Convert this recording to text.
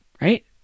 right